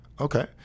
Okay